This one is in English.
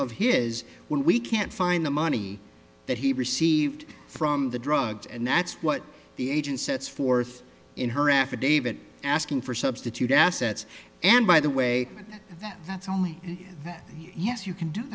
here is when we can't find the money that he received from the drugs and that's what the agent sets forth in her affidavit asking for substitute assets and by the way that that's only that yes you can do